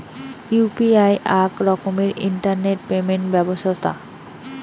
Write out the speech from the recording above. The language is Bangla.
ইউ.পি.আই আক রকমের ইন্টারনেট পেমেন্ট ব্যবছথা